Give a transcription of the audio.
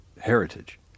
heritage